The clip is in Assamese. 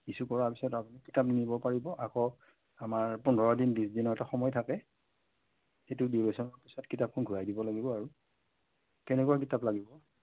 ইচ্যু কৰাৰ পিছত আপুনি কিতাপ নিব পাৰিব আকৌ আমাৰ পোন্ধৰ দিন বিশ দিনৰ এটা সময় থাকে সেইটো ডিউৰেশ্যনৰ পিছত কিতাপখন ঘূৰাই দিব লাগিব আৰু কেনেকুৱা কিতাপ লাগিব